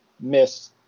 miss